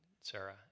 Sarah